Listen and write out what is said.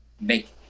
make